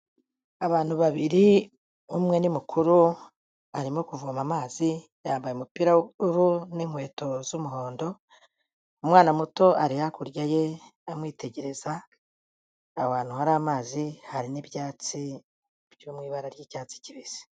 Abantu babiri umwe ni mukuru arimo kuvoma amazi yambaye umupira w'uburu n'inkweto z'umuhondo. Umwana muto ari hakurya ye amwitegereza, aho hantu hari amazi hari n'ibyatsi byo mu ibara ry'icyatsi kibisi.